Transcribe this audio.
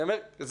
אני אומר,